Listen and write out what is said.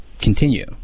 continue